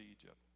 Egypt